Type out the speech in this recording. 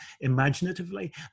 imaginatively